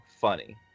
funny